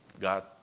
God